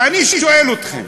ואני שואל אתכם,